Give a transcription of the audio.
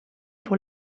pour